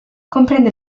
comprende